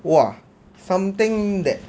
!wah! something that